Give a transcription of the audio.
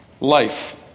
life